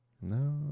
no